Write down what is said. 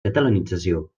catalanització